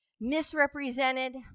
Misrepresented